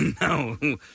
No